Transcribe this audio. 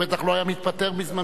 הוא בטח לא היה מתפטר בזמן,